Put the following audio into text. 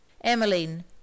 emmeline